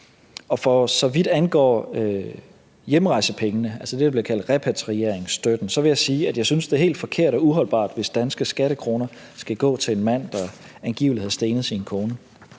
Og for så vidt angår hjemrejsepengene, altså det, der bliver kaldt repatrieringsstøtten, vil jeg sige, at jeg synes, det er helt forkert og uholdbart, hvis danske skattekroner skal gå til en mand, der angiveligt har stenet sin kone.